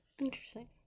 Interesting